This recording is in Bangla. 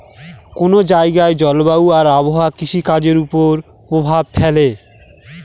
কোন জায়গার জলবায়ু আর আবহাওয়া কৃষিকাজের উপর প্রভাব ফেলে